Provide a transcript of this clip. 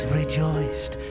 rejoiced